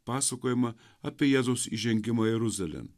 pasakojimą apie jėzaus įžengimą jeruzalėn